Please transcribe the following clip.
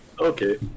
Okay